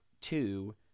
two